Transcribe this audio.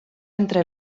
entre